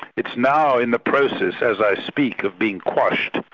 it's now in the process as i speak, of being quashed,